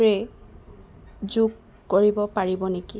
spray যোগ কৰিব পাৰিব নেকি